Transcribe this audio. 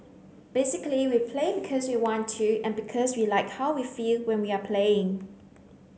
basically we play because we want to and because we like how we feel when we are playing